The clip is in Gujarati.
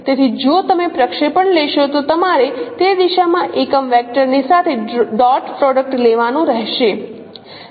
તેથી જો તમે પ્રક્ષેપણ લેશો તો તમારે તે દિશાના એકમ વેક્ટરની સાથે ડોટ પ્રોડક્ટ લેવાનું રહેશે